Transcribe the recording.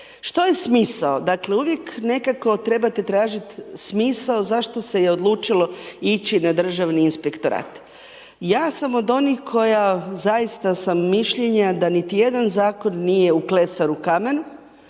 Što je smisao, dakle uvijek nekako trebate tražiti smisao zašto se je odlučilo ići na Državni inspektorat. Ja sam od onih koja zaista sam mišljenja da niti jedan zakon nije uklesan u kamen,